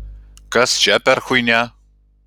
kas čia per chuinia